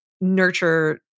nurture